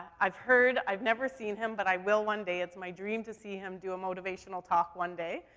i've heard, i've never seen him, but i will one day, it's my dream to see him do a motivational talk one day.